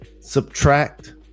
subtract